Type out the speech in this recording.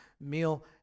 meal